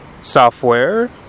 software